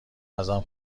ازم